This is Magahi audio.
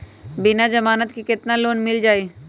बिना जमानत के केतना लोन मिल जाइ?